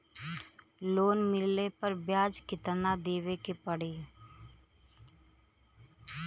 Loan मिलले पर ब्याज कितनादेवे के पड़ी?